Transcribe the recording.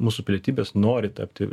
mūsų pilietybės nori tapti